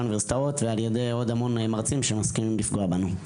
האוניברסיטאות ועל ידי עוד המון מרצים שמסכימים לפגוע בנו.